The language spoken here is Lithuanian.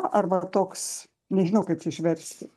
arba toks nežinau kaip čia išversti